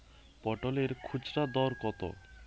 পটলের খুচরা দর কত?